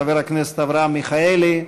חבר הכנסת אברהם מיכאלי,